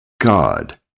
God